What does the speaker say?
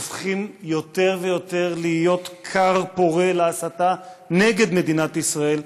הופכים יותר ויותר להיות כר פורה להסתה נגד מדינת ישראל,